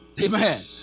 Amen